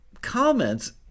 comments